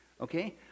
okay